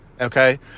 Okay